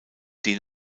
den